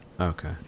Okay